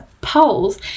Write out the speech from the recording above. poles